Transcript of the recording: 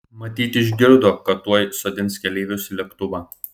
matyt išgirdo kad tuoj sodins keleivius į lėktuvą